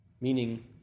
Meaning